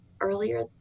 Earlier